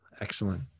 Excellent